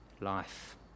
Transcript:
life